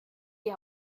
die